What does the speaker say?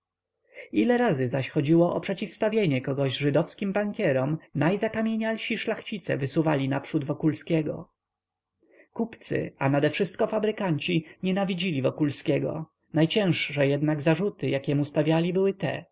ile razy zaś chodziło o przeciwstawienie kogoś żydowskim bankierom najzakamienialsi szlachcice wysuwali naprzód wokulskiego kupcy a nadewszystko fabrykanci nienawidzili wokulskiego najcięższe jednak zarzuty jakie mu stawiali były te